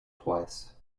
twice